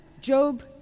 Job